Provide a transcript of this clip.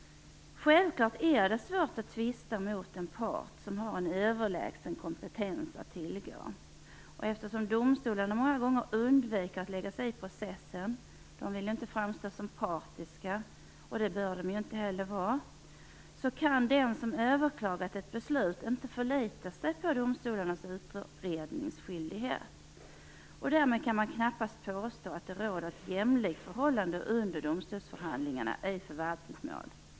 Självklart är det svårt att tvista mot en part som har en överlägsen kompetens att tillgå. Eftersom domstolarna många gånger undviker att lägga sig i processen - de vill inte framstå som partiska, vilket de inte heller bör vara - kan den som överklagat ett beslut inte förlita sig på domstolarnas utredningsskyldighet. Därmed kan man knappast påstå att det råder ett jämlikt förhållande under domstolsförhandlingarna i förvaltningsmål.